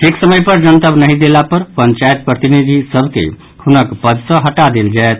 ठीक समय पर जनतब नहि देला पर पंचायत प्रतिनिधि सभ के हुनक पद सँ हटा देल जायत